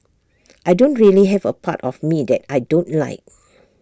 I don't really have A part of me that I don't like